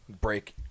break